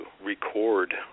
record